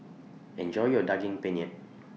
Enjoy your Daging Penyet